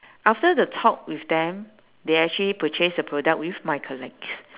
after the talk with them they actually purchased the product with my colleague